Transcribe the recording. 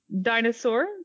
dinosaur